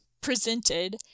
presented